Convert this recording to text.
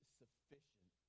sufficient